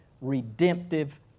redemptive